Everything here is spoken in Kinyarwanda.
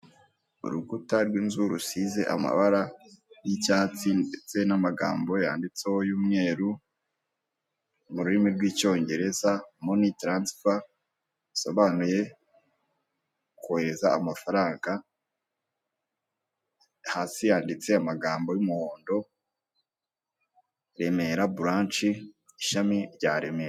Urukuta rw'inzu rusize amabara y'icyatsi ndetse n'amagambo yanditseho y'umweru mu rurimi rw'icyongereza moni taransifa. Bisobanuye kohereza amafaranga hasi yanditse amagambo y'umuhondo remera buranshi, ishami rya remera.